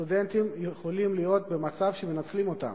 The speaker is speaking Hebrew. הסטודנטים יכולים להיות במצב שמנצלים אותם,